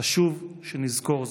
חשוב שנזכור זאת.